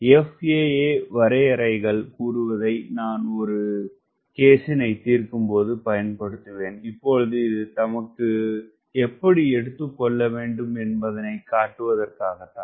FAA வரையறைகள் கூறுவதை நான் ஒரு வழக்கை தீர்க்கும்போது பயன்படுத்துவேன் இப்பொழுது இது தமக்கு எப்படி எடுத்துக்கொள்ளவேண்டும் என்பதனை காட்டுவதற்காகத்தான்